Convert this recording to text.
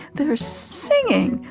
they're singing,